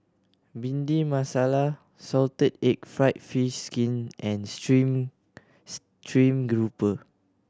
Bhindi Masala salted egg fried fish skin and stream stream grouper